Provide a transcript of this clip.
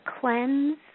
cleanse